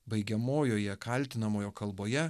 baigiamojoje kaltinamojo kalboje